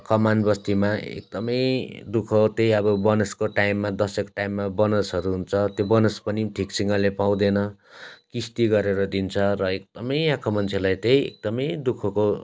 कमान बस्तीमा एकदमै दुःख त्यही अब बोनसको टाइममा दसैँको टाइममा बोनसहरू हुन्छ त्यो बोनस पनि ठिकसँगले पाउँदैन किस्ती गरेर दिन्छ र एकदमै यहाँको मान्छेहरूलाई चाहिँ एकदमै दुःखको